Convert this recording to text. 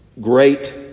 great